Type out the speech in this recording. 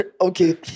Okay